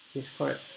yes correct